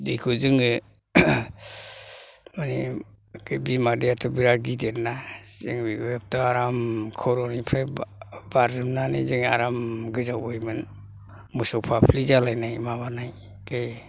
दैखौ जोङो माने एखे बिमा दैयाथ' बिराथ गिदिर ना जों बेखौथ' दा आराम खर'निफ्राय बा बारजुमनानै जों आराम गोजावबोयोमोन मोसौ फाफ्लि जालायनाय माबानाय बे